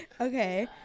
Okay